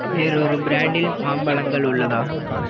வேறொரு பிராண்டில் மாம்பழங்கள் உள்ளதா